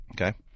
Okay